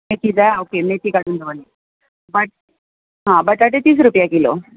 मेथी जाय ओके मेथी काडू दवरल्या बट हा बटाटे तीस रुपया किलो